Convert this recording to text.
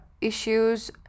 issues